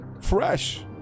fresh